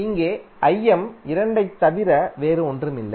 இங்கே Im 2 ஐத் தவிர வேறு ஒன்றும் இல்லை